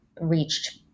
reached